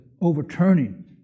overturning